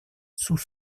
sous